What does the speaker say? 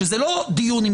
זה לא "אתנו"